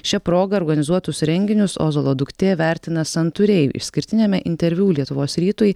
šia proga organizuotus renginius ozolo duktė vertina santūriai išskirtiniame interviu lietuvos rytui